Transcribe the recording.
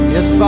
Yes